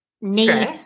need